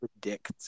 predict